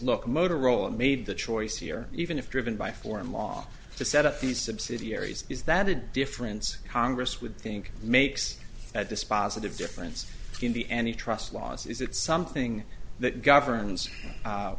look motorola made the choice here even if driven by foreign law to set up the subsidiaries is that a difference congress would think makes that dispositive difference in the any trust laws is it something that governs